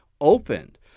opened